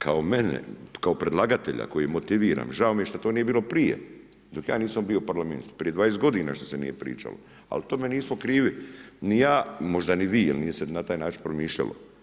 Kao predlagatelja kojeg motiviram, žao mi je što to nije bilo prije dok ja nisam bio u Parlamentu, prije 20 godina što se nije pričalo, ali o tome nismo krivi ni ja, možda ni vi jer nije se na taj način promišljalo.